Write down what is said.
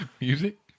Music